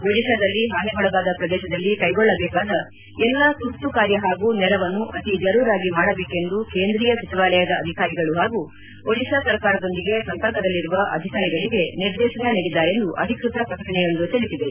ಒಡಿಶಾದಲ್ಲಿ ಹಾನಿಗೊಳಗಾದ ಪ್ರದೇಶಗಳಲ್ಲಿ ಕೈಗೊಳ್ಳಬೇಕಾದ ಎಲ್ಲಾ ತುರ್ತು ಕಾರ್ಯ ಹಾಗೂ ನೆರವನ್ನು ಅರ್ತಿ ಜರೂರಾಗಿ ಮಾಡಬೇಕೆಂದು ಕೇಂದ್ರೀಯ ಸಚಿವಾಲಯ ಅಧಿಕಾರಿಗಳು ಹಾಗೂ ಒಡಿಶಾ ಸರ್ಕಾರದೊಂದಿಗೆ ಸಂಪರ್ಕದಲ್ಲಿರುವ ಅಧಿಕಾರಿಗಳಿಗೆ ನಿರ್ದೇಶನ ನೀಡಿದ್ದಾರೆಂದು ಅಧಿಕೃತ ಪ್ರಕಟಣೆಯೊಂದು ತಿಳಿಸಿದೆ